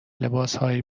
لباسهای